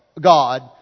God